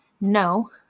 no